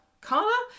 carla